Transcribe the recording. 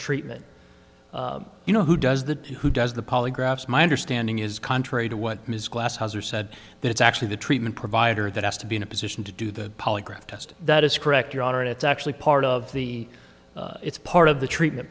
treatment you know who does the who does the polygraphs my understanding is contrary to what ms glass has or said that it's actually the treatment provider that has to be in a position to do the polygraph test that is correct your honor and it's actually part of the it's part of the treatment